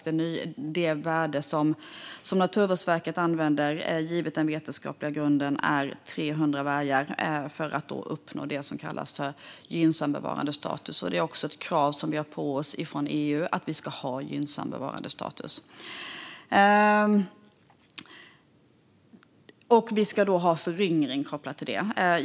Det värde som Naturvårdsverket använder givet den vetenskapliga grunden är 300 vargar för att uppnå gynnsam bevarandestatus. Vi har också ett krav från EU på oss om att vi ska ha gynnsam bevarandestatus. Vi ska då ha föryngring kopplat till det.